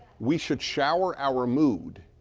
we should shower our mood,